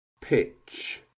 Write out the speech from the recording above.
Pitch